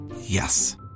Yes